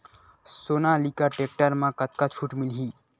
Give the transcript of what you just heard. Sonalika tractor म कतका छूट मिलही?